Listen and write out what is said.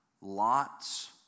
Lot's